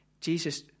Jesus